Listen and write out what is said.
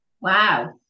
Wow